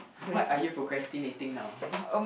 what are you procrastinating now